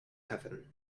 heaven